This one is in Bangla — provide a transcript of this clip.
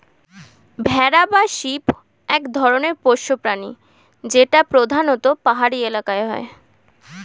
ভেড়া বা শিপ এক ধরনের পোষ্য প্রাণী যেটা প্রধানত পাহাড়ি এলাকায় হয়